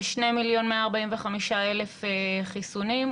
כ-2,145,000 חיסונים,